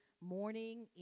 morning